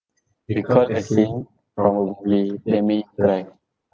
recall a scene from a movie that made you cry